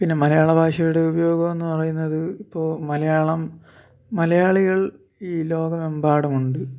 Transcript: പിന്നെ മലയാളഭാഷയുടെ ഉപയോഗമെന്ന് പറയുന്നത് ഇപ്പോൾ മലയാളം മലയാളികൾ ഈ ലോകമെമ്പാടുമുണ്ട്